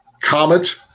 Comet